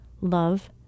Love